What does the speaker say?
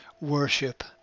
worship